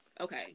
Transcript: okay